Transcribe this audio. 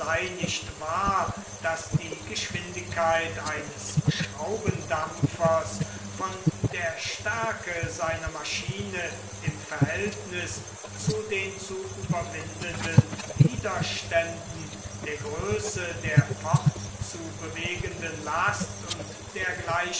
wahr daß die geschwindigkeit eines schraubendampfers von der stärke seiner maschine im verhältnis zu den zu überwindenden widerständen der größe der fortzubewegenden last und